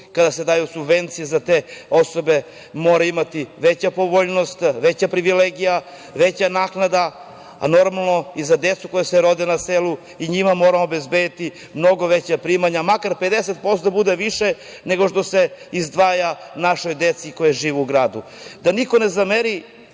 kada se daju subvencije za te osobe se moraju imati veće pogodnosti, veće privilegije, veća naknada. Takođe, i za decu koja se rode na selu, i njima moramo obezbediti mnogo veća primanja, makar 50% da bude više nego što se izdvaja našoj deci koja žive u gradu. Da niko ne zameri